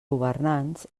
governants